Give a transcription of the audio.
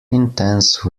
intense